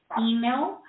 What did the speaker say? email